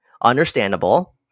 Understandable